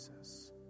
Jesus